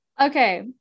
Okay